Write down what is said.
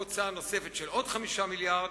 הוצאה נוספת של עוד 5 מיליארדים,